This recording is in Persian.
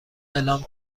اعلام